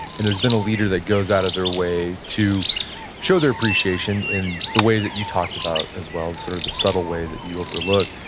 and there's been a leader that goes out of their way to show their appreciation in the ways that you talked about, as well, sort of the subtle ways that you overlook,